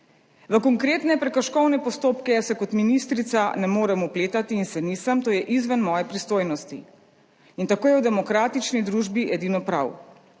V konkretne prekrškovne postopke se kot ministrica ne morem vpletati in se nisem, to je izven moje pristojnosti, in tako je v demokratični družbi edino prav,